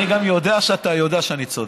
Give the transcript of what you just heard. אני גם יודע שאתה יודע שאני צודק.